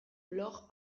blog